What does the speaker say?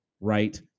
right